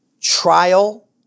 trial